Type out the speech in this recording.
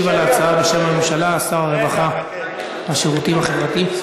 משיב על ההצעה שר הרווחה והשירותים החברתיים.